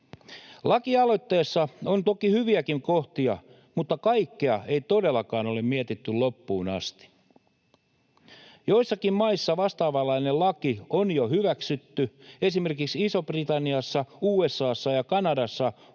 Lakialoitteessa on toki hyviäkin kohtia, mutta kaikkea ei todellakaan ole mietitty loppuun asti. Joissakin maissa vastaavanlainen laki on jo hyväksytty. Esimerkiksi Isossa-Britanniassa, USA:ssa ja Kanadassa